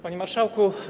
Panie Marszałku!